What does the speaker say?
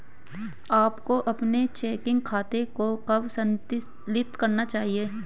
आपको अपने चेकिंग खाते को कब संतुलित करना चाहिए?